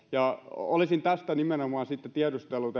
olisin nimenomaan tätä tiedustellut